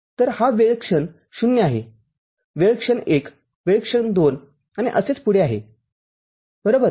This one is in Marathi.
तर हा वेळ क्षण ० आहे वेळ क्षण १ वेळ क्षण २ आणि असेच पुढे आहे बरोबर